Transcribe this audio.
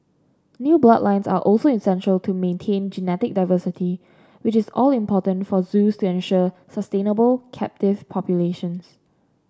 new bloodlines are also essential to maintain genetic diversity which is all important for zoos to ensure sustainable captive populations